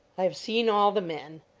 i have seen all the men.